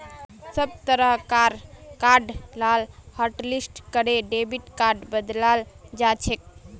सब तरह कार कार्ड लाक हाटलिस्ट करे डेबिट कार्डत बदलाल जाछेक